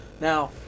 Now